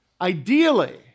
Ideally